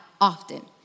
often